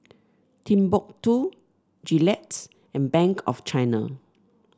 Timbuk two Gillette and Bank of China